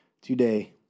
today